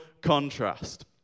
contrast